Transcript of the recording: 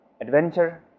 adventure